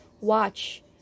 Watch